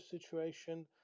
situation